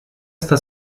está